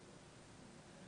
מעבר